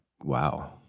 wow